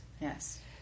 Yes